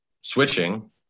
switching